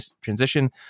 transition